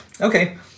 Okay